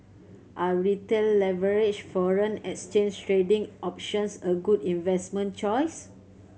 are Retail leveraged foreign exchange trading options a good investment choice